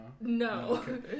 No